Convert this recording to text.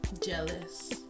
Jealous